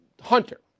Hunter